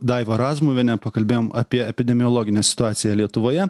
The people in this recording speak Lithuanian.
daiva razmuvienė pakalbėjom apie epidemiologinę situaciją lietuvoje